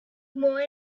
more